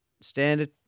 Standard